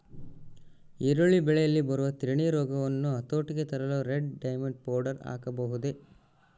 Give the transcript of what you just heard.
ಈರುಳ್ಳಿ ಬೆಳೆಯಲ್ಲಿ ಬರುವ ತಿರಣಿ ರೋಗವನ್ನು ಹತೋಟಿಗೆ ತರಲು ರೆಡ್ ಡೈಮಂಡ್ ಪೌಡರ್ ಹಾಕಬಹುದೇ?